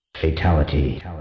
fatality